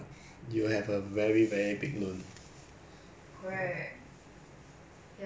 like for now because of COVID then we always err need to be at home to study then